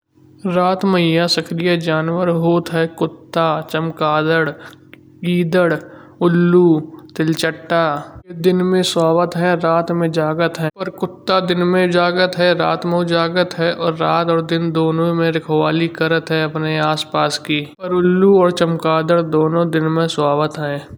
रात मं यह सक्रिय जानवर होत है। कुत्ता चमकादड़, गीदड़, उल्लू तिलचट्टा। दिन में सोवत है। रात में जगत है। पर कुत्ता दिन में जागथ है रात में जागथ है और रात और दिन दोनों मं रखवाले करत हुये आस पास के। और उल्लू और चमकादड़ दोनों दिन में सोवत है।